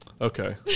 Okay